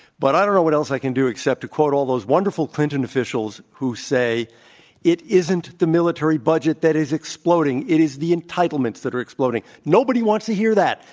but i don't know what else i can do except to quote all those wonderful clinton officials who say it isn't the military budget that is exploding. it is the entitlements that are exploding. nobody wants to hear that,